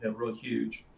and real huge.